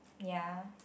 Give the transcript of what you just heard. ya